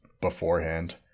beforehand